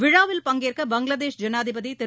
விழாவில் பங்கேற்க பங்களாதேஷ் ஜனாதிபதி திரு